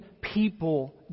people